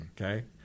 okay